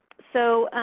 so